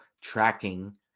tracking